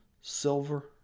silver